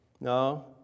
No